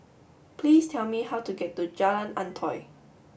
please tell me how to get to Jalan Antoi